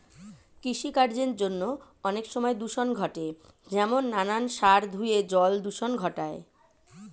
কৃষিকার্যের জন্য অনেক সময় দূষণ ঘটে যেমন নানান সার ধুয়ে জল দূষণ ঘটায়